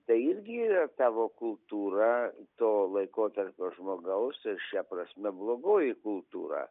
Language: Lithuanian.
tai irgi tavo kultūra to laikotarpio žmogaus ir šia prasme blogoji kultūra